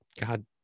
god